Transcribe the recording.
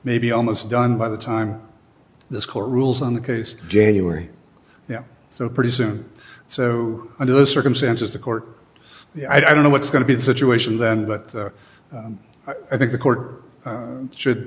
may be almost done by the time this court rules on the case january yeah so pretty soon so under those circumstances the court i don't know what's going to be the situation then but i think the court should